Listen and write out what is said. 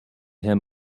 him